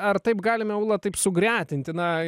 ar taip galime ūla taip sugretinti na